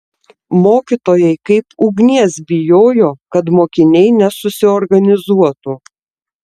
mokytojai kaip ugnies bijojo kad mokiniai nesusiorganizuotų